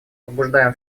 побуждаем